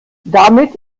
damit